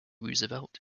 roosevelt